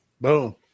Boom